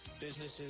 businesses